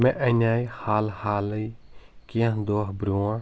مے اَنٛیاے حال حالٕے کیٚنٛہہ دۄہ برٛونٛٹھ